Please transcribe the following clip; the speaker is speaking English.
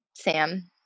Sam